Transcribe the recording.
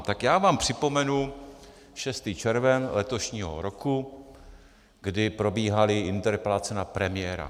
Tak já vám připomenu 6. červen letošního roku, kdy probíhaly interpelace na premiéra.